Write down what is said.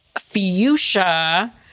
fuchsia